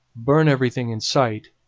burn everything in sight,